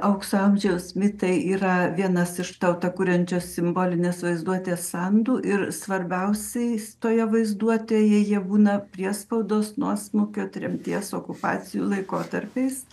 aukso amžiaus mitai yra vienas iš tautą kuriančios simbolinės vaizduotės sandų ir svarbiausiais toje vaizduotėje jie būna priespaudos nuosmukio tremties okupacijų laikotarpiais